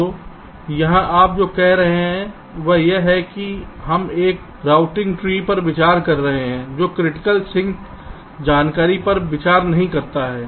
तो यहां आप जो कह रहे हैं वह है हम एक रूटिंग ट्री पर विचार कर रहे हैं जो क्रिटिकल सिंक जानकारी पर विचार नहीं करता है